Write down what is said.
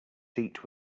seat